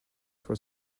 for